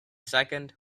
second